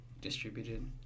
distributed